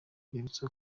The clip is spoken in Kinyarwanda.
rwibutso